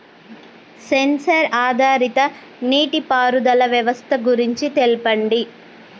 Censor ఆధారిత నీటిపారుదల వ్యవస్థ గురించి తెల్పండి?